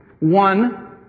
One